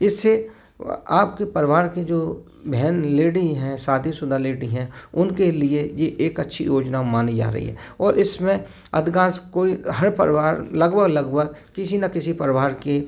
इससे आपके परिवार के जो बहन लेडी हैं शादी शुदा लेडी हैं उनके लिए ये एक अच्छी योजना मानी जा रही है और इसमें अधिकांश कोई हर परिवार लगभग किसी न किसी परिवार के